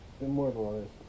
Immortalized